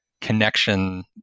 connection